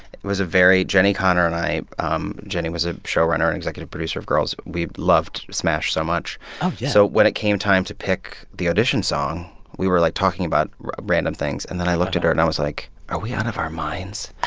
it was a very jenni konner and i um jenni was a showrunner and executive producer of girls. we loved smash so much oh, yeah so when it came time to pick the audition song, we were, like, talking about random things. things. and then i looked at her. and i was like, are we out of our minds?